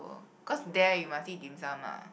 cause there you must eat dim-sum ah